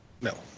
No